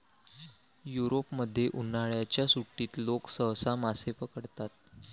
युरोपमध्ये, उन्हाळ्याच्या सुट्टीत लोक सहसा मासे पकडतात